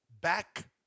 Back